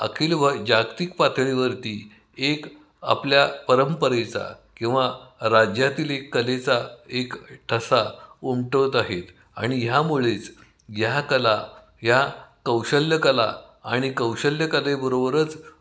अखिल व जागतिक पातळीवरती एक आपल्या परंपरेचा किंवा राज्यातील एक कलेचा एक ठसा उमटवत आहेत आणि ह्यामुळेच ह्या कला ह्या कौशल्य कला आणि कौशल्य कलेबरोबरच